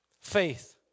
Faith